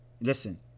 listen